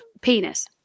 penis